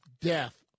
death